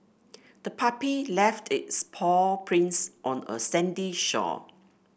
the puppy left its paw prints on a sandy shore